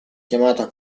chiamava